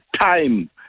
time